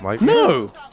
No